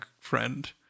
friend